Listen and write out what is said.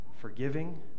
forgiving